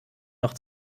noch